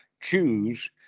choose